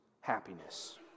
happiness